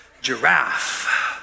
giraffe